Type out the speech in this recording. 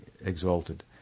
exalted